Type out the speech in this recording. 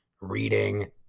reading